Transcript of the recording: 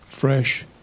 fresh